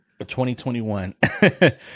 2021